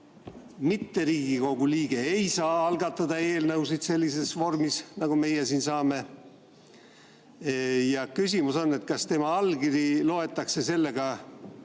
ei ole Riigikogu liige, ei saa algatada eelnõusid sellises vormis, nagu meie siin saame. Küsimus on: kas tema allkiri loetakse sellega